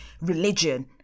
religion